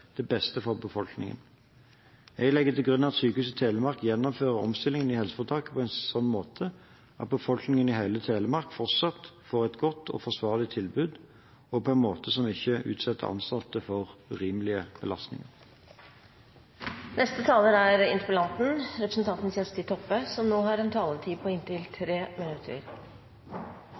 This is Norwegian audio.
til beste for befolkningen. Jeg legger til grunn at Sykehuset Telemark gjennomfører omstillingene i helseforetaket på en slik måte at befolkningen i hele Telemark fortsatt får et godt og forsvarlig tilbud, og på en måte som ikke utsetter ansatte for urimelige belastninger. Først vil eg etterlysa ein kommentar frå statsråden på noko eg tok opp i innlegget mitt, som